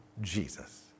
Jesus